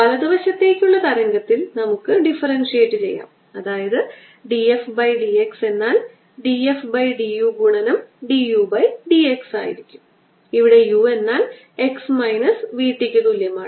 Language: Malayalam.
വലതു വശത്തേക്കുള്ള തരംഗത്തിൽ നമുക്ക് ഡിഫറൻഷിയേറ്റ് ചെയ്യാം അതായത് d f by d x എന്നാൽ d f by d u ഗുണനം d u by d x ആയിരിക്കും ഇവിടെ u എന്നാൽ x മൈനസ് vt ക്ക് തുല്യമാണ്